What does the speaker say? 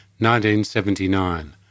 1979